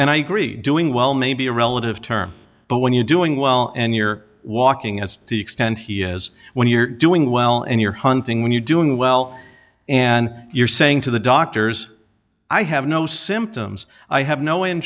and i agree doing well may be a relative term but when you're doing well and you're walking as the extent he is when you're doing well and you're hunting when you're doing well and you're saying to the doctors i have no symptoms i have no